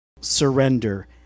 surrender